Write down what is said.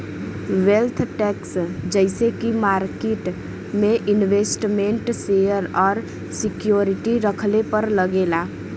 wealth tax जइसे की market में इन्वेस्टमेन्ट शेयर और सिक्योरिटी रखले पर लगेला